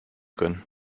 können